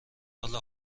حال